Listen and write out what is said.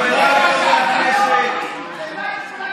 זה מה שאתה.